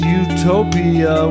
utopia